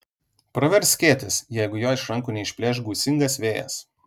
pravers skėtis jeigu jo iš rankų neišplėš gūsingas vėjas